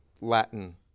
Latin